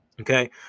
Okay